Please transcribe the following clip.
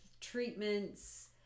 treatments